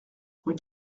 rue